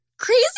crazy